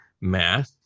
math